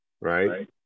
right